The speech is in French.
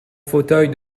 fauteuil